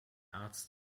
arzt